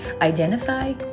identify